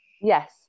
Yes